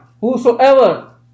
whosoever